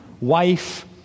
wife